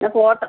എന്നാൽ ഫോട്ടോ